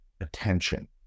attention